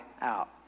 out